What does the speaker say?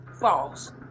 false